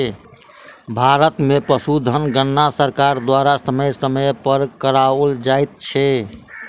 भारत मे पशुधन गणना सरकार द्वारा समय समय पर कराओल जाइत छै